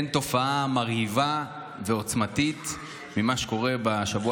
שאין תופעה מרהיבה ועוצמתית יותר ממה שקורה בשבוע,